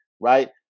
right